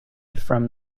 from